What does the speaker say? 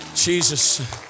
Jesus